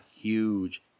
huge